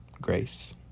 grace